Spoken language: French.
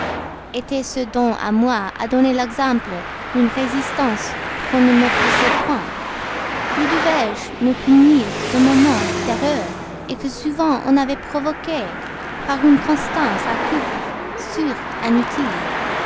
était-ce donc à moi à donner l'exemple d'une résistance qu'on ne m'opposait point ou devais-je me punir d'un moment d'erreur que souvent on avait provoqué par une constance à coup sûr inutile